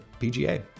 PGA